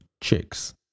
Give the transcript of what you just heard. chicks